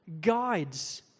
guides